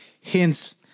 hints